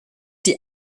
die